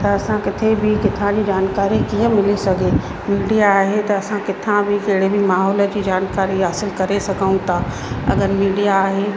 त असां किथे बि किथांजी जनकारी कीअं मिली सघे मीडिया आहे त असां किथां बि कहिड़े बि माहौल जी जानकारी हासिलु करे सघूं था अगरि मीडिया आहे